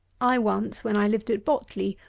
i once, when i lived at botley,